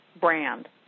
brand